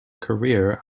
career